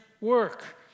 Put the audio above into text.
work